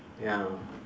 ya